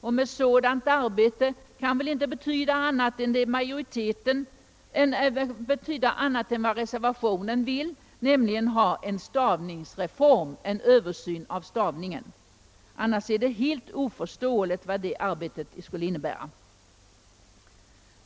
Orden »sådant arbete« kan väl inte betyda annat än vad reservationen vill, nämligen en översyn av stavningen, annars är det helt oförståeligt vad de skulle innebära.